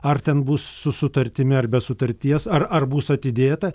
ar ten bus su sutartimi ar be sutarties ar ar bus atidėta